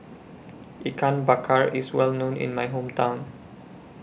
Ikan Bakar IS Well known in My Hometown